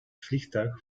vliegtuig